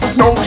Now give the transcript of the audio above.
no